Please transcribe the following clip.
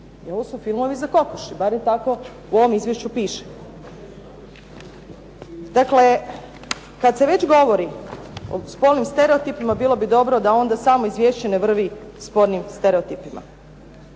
i ovo su filmovi za kokoši, bar tako u ovom izvješću piše. Dakle, kad se već govori o spolnim stereotipima bilo bi dobro da onda samo izvješće ne vrvi spolnim stereotipima.